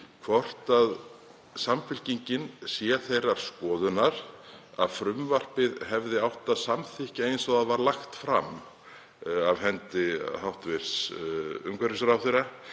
hvort Samfylkingin sé þeirrar skoðunar að frumvarpið hefði átt að samþykkja eins og það var lagt fram af hendi hæstv. umhverfisráðherra.